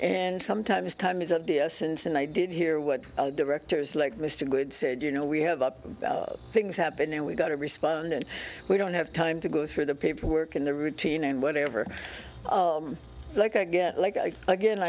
and sometimes time is of the essence and i did hear what directors like mr good's said you know we have up things happen and we've got to respond and we don't have time to go through the paperwork and the routine and whatever like i get like again